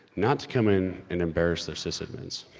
not come in and embarrass their sysadmins.